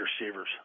receivers